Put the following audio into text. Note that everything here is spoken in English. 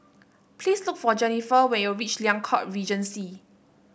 please look for Jennifer when you reach Liang Court Regency